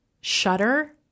shudder